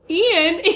Ian